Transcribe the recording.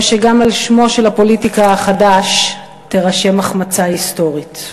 או שגם על שמו של הפוליטיקאי החדש תירשם החמצה היסטורית.